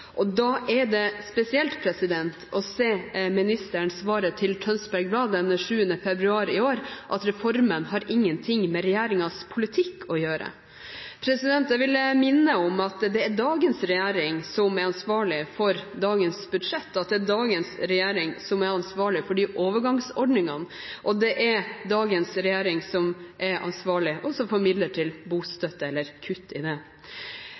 og da er det spesielt å se ministeren svare til Tønsbergs Blad den 7. februar i år at «uførereformen har ingenting med dagens regjering sin politikk å gjøre». Da vil jeg minne om at det er dagens regjering som er ansvarlig for dagens budsjett, og at det er dagens regjering som er ansvarlig for de overgangsordningene, og det er dagens regjering som er ansvarlig også for midler til bostøtte eller kutt i